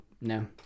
no